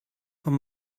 von